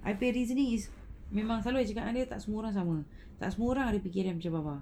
I bet easily is memang selalu I cakap tak semua orang sama tak semua orang ada fikiran macam bapa